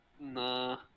Nah